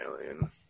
alien